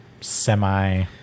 semi